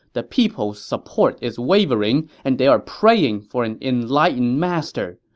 the people's support is wavering and they are praying for an enlightened master.